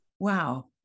Wow